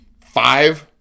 five